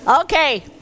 Okay